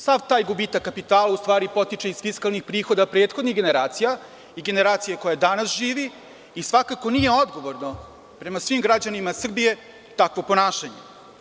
Sav taj gubitak kapitala u stari potiče iz fiskalnih prihoda prethodnih generacija i generacija koje danas žive i svakako nije odgovorno prema svim građanima Srbije takvo ponašanje.